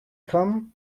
come